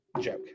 joke